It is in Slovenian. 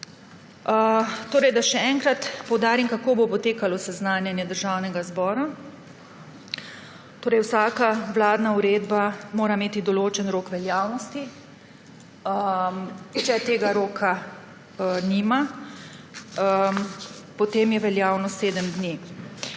To. Še enkrat poudarim, kako bo potekalo seznanjanje Državnega zbora. Vsaka vladna uredba mora imeti določen rok veljavnosti. Če tega roka nima, potem je veljavnost sedem dni.